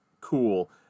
cool